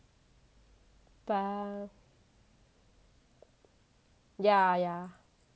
but ya ya